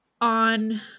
on